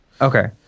Okay